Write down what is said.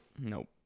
Nope